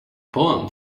poem